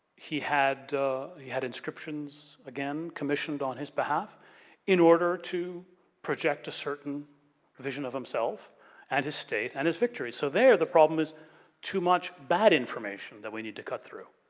he had he had inscriptions, again, commissioned on his behalf in order to project a certain vision of himself and his state and his victory. so there the problem is too much bad information that we need to cut through.